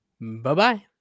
Bye-bye